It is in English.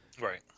Right